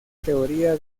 teoría